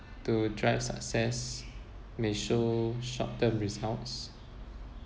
to drive success may show short term results